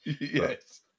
Yes